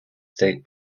state